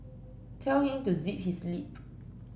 tell him to zip his lip